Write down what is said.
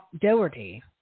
Doherty